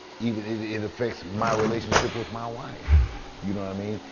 even it affects my relationship with my wife you know what i mean?